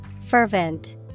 Fervent